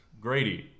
Grady